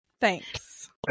Thanks